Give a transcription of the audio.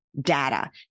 data